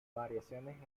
variaciones